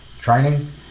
training